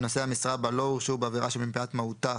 ונושאי המשרה בה לא הורשעו בעבירה שמפאת מהותה,